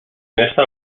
esta